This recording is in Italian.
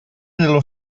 dello